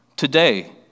Today